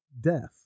death